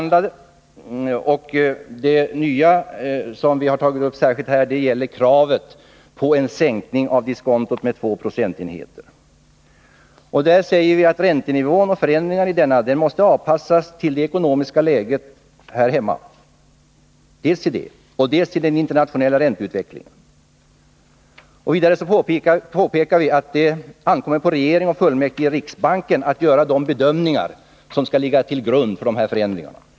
Det nya, som vi har tagit upp särskilt, gäller kravet på en sänkning av diskontot med 2 procentenheter. Här menar vi att räntenivån och förändringar i denna måste anpassas dels till det ekonomiska läget här hemma, dels till den internationella ränteutvecklingen. Vidare har vi påpekat att det ankommer på regeringen och fullmäktige i riksbanken att göra de bedömningar som skall ligga till grund för dessa förändringar.